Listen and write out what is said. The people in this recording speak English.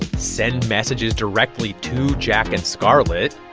send messages directly to jack and scarlett,